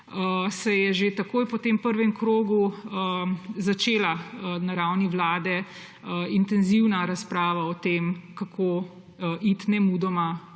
se je že takoj po tem prvem krogu začela na ravni Vlade intenzivna razprava o tem, kako iti nemudoma